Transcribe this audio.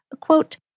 Quote